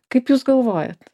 kaip jūs galvojat